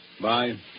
Bye